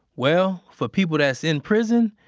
well, for people that's in prison,